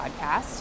podcast